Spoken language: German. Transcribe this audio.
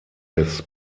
des